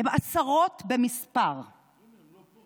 הם עשרות במספר, הינה, הם לא פה.